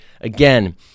Again